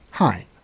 Hi